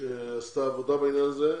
שעשתה עבודה בעניין הזה,